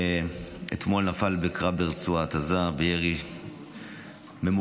אתמול הוא נפל בקרב ברצועת עזה מירי ממוקד,